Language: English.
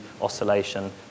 oscillation